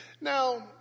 Now